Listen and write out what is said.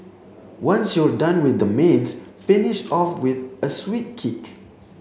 once you're done with the mains finish off with a sweet kick